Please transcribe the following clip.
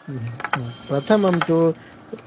प्रथमं तु